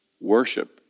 worship